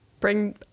Bring